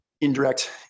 indirect